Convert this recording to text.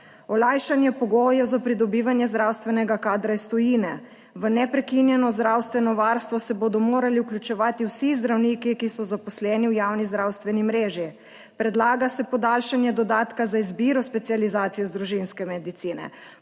olajšanje pogojev za pridobivanje zdravstvenega kadra iz tujine; v neprekinjeno zdravstveno varstvo se bodo morali vključevati vsi zdravniki, ki so zaposleni v javni zdravstveni mreži; predlaga se podaljšanje dodatka za izbiro specializacije iz družinske medicine;